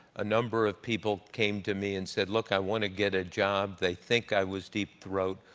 a number of people came to me and said, look, i want to get a job, they think i was deep throat,